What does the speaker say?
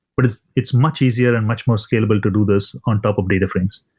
but it's it's much easier and much more scalable to do this on top of data frames.